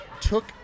took